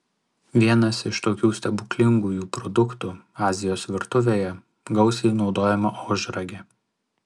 vienas iš tokių stebuklingųjų produktų azijos virtuvėje gausiai naudojama ožragė